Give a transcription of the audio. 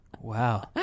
Wow